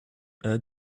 add